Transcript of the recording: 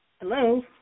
Hello